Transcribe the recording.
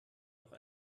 noch